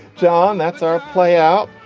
john. that's our play out.